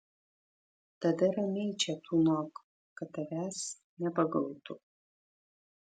tada ramiai čia tūnok kad tavęs nepagautų